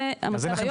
זה המצב היום.